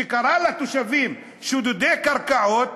שקרא לתושבים "שודדי קרקעות"